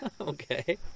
Okay